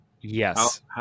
Yes